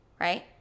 right